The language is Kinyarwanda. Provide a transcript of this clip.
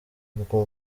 bwo